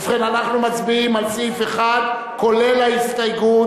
ובכן, אנחנו מצביעים על סעיף 1, כולל ההסתייגות.